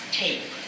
tape